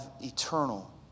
eternal